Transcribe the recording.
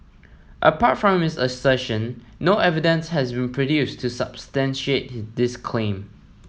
apart from this assertion no evidence has been produced to substantiate this claim